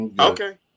Okay